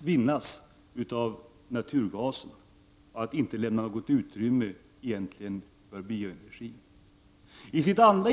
vinnas av naturgasen och inte lämna något egentligt utrymme för bioenergin.